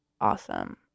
awesome